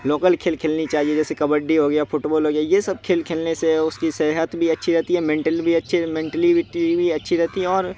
local کھیل کھیلنی چاہیے جیسے کبڈی ہو گیا فٹ بال ہو گیا یہ سب کھیل کھیلنے سے اس کی صحت بھی اچھی رہتی ہے مینٹل بھی اچھے مینٹلیلٹی بھی اچھی رہتی ہے اور